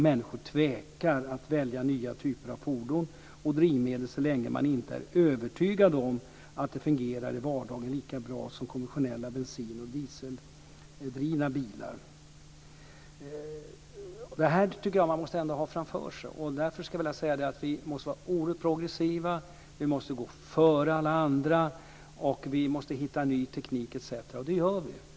Människor tvekar att välja nya typer av fordon och drivmedel så länge man inte är övertygad om att de fungerar lika bra som konventionella bensin och dieseldrivna bilar i vardagen. Jag tycker att man måste ha detta framför sig. Därför måste vi vara oerhört progressiva. Vi måste gå före alla andra. Vi måste hitta ny teknik etc., och det gör vi.